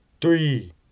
three